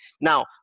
Now